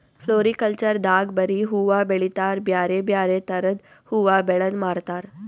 floriculture ದಾಗ್ ಬರಿ ಹೂವಾ ಬೆಳಿತಾರ್ ಬ್ಯಾರೆ ಬ್ಯಾರೆ ಥರದ್ ಹೂವಾ ಬೆಳದ್ ಮಾರ್ತಾರ್